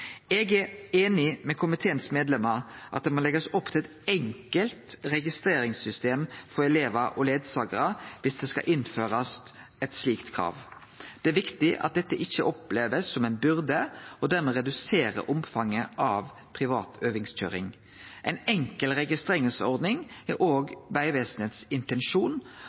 Eg er einig med medlemene i komiteen i at det må leggjast opp til eit enkelt registreringssystem for elevar og rettleiarar viss det skal innførast eit slikt krav. Det er viktig at dette ikkje blir opplevd som ei byrde og dermed reduserer omfanget av privat øvingskøyring. Ei enkel registreringsordning er òg Vegvesenets intensjon,